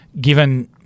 given –